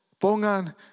pongan